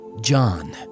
John